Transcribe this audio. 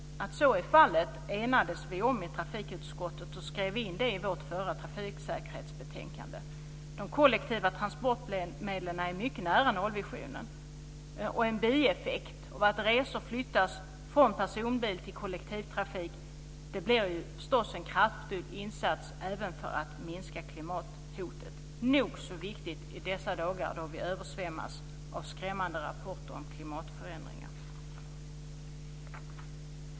Att så är fallet enades vi om i trafikutskottet, och skrev in det i vårt förra trafiksäkerhetsbetänkande. De kollektiva transportmedlen är mycket nära nollvisionen, och en bieffekt av att resor flyttas från personbil till kollektivtrafik blir förstås en kraftfull insats även för att minska klimathotet. Det är nog så viktigt i dessa dagar när vi översvämmas av skrämmande rapporter om klimatförändringar.